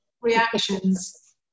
Reactions